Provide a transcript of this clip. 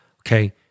okay